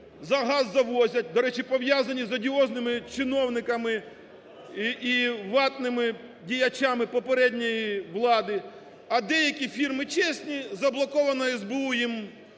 газ завозять, до речі, пов'язані з одіозними чиновниками і "ватними" діячами попередньої влади, а деякі фірми, чесні, заблоковано СБУ